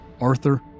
Arthur